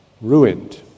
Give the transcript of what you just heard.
ruined